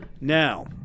Now